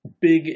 big